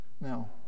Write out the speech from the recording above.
Now